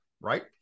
Right